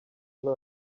night